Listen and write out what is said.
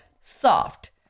soft